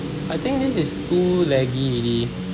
I think this is too laggy already